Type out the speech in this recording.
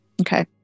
okay